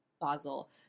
Basil